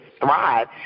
thrive